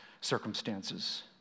circumstances